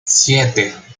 siete